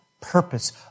purpose